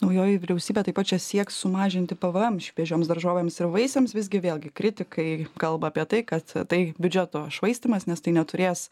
naujoji vyriausybė taip pat čia sieks sumažinti pvm šviežioms daržovėms ir vaisiams visgi vėlgi kritikai kalba apie tai kad tai biudžeto švaistymas nes tai neturės